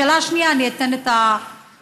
בשאלה השנייה אני אתן את הנתונים.